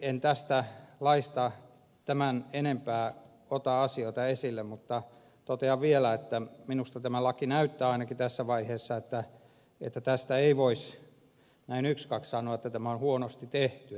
en tästä laista tämän enempää ota asioita esille mutta totean vielä että minusta näyttää ainakin tässä vaiheessa että tästä laista ei voisi näin ykskaks sanoa että tämä olisi huonosti tehty